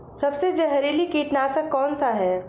सबसे जहरीला कीटनाशक कौन सा है?